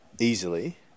easily